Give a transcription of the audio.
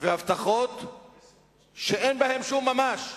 והבטחות שאין בהן שום ממש.